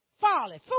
folly